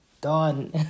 done